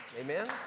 Amen